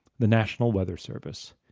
the national weather service.